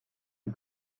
die